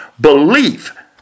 belief